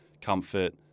comfort